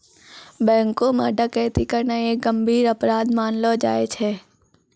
बैंको म डकैती करना एक गंभीर अपराध मानलो जाय छै